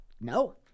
No